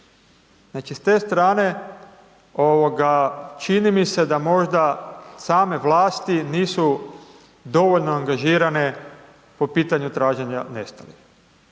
Znači, s te strane čini mi se da možda same vlasti nisu dovoljno angažirane po pitanju traženja nestalih.